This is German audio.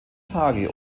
tage